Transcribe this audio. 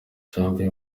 janvier